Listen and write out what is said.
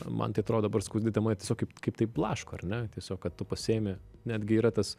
man tai atrodo dabar skaudi tema tiesiog kaip kaip tai blaško ar ne tiesiog kad tu pasiimi netgi yra tas